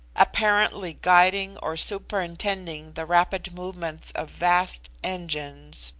apparently guiding or superintending the rapid movements of vast engines,